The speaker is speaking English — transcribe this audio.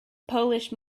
polish